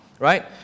Right